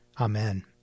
Amen